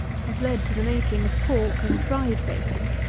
has led to the making of pork and dried bacon.